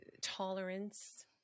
tolerance